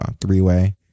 three-way